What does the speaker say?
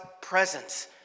presence